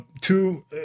two